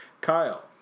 Kyle